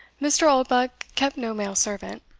mr. oldbuck kept no male servant.